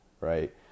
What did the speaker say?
right